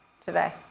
today